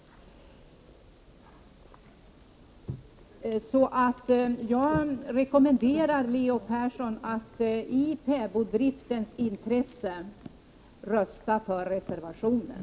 Jag rekommenderar Leo Persson att i fäboddriftens intresse rösta för reservationen.